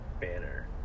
banner